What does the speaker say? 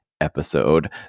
episode